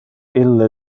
ille